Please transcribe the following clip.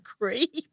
creep